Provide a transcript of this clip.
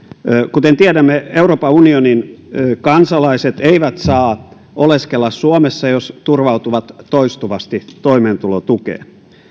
kuten tiedämme euroopan unionin kansalaiset eivät saa oleskella suomessa jos he turvautuvat toistuvasti toimeentulotukeen